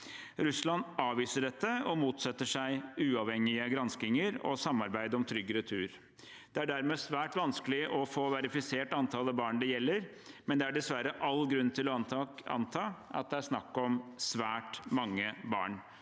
Russland avviser dette og motsetter seg uavhengige granskinger og samarbeid om trygg retur. Det er dermed svært vanskelig å få verifisert antallet barn det gjelder, men det er dessverre all grunn til å anta at det er snakk om svært mange barn.